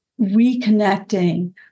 reconnecting